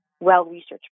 well-researched